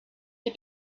des